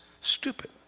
stupid